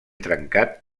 trencat